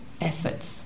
efforts